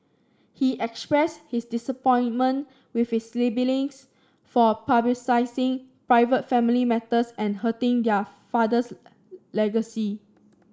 he expressed his disappointment with his siblings for publicising private family matters and hurting their father's legacy